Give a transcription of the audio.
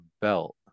belt